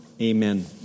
amen